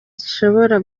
zishobora